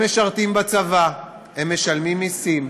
הם משרתים בצבא, הם משלמים מיסים,